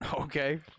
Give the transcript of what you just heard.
Okay